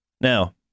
now